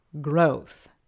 growth